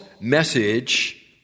message